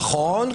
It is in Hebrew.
נכון,